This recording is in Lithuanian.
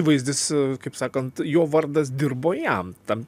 įvaizdis kaip sakant jo vardas dirbo jam tam